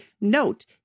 note